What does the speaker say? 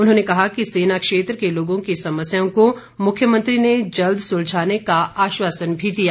उन्होंने कहा कि सेना क्षेत्र के लोंगों की समस्याओं को मुख्यमंत्री ने जल्द सुलझाने का आश्वासन भी दिया है